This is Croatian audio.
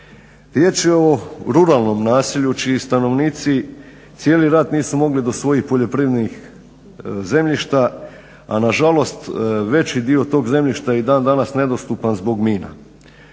Riječ je o ruralnom naselju čiji stanovnici cijeli rat nisu mogli do svojih poljoprivrednih zemljišta, a nažalost veći dio tog zemljišta je i dan danas nedostupan zbog mina.